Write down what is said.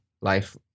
Life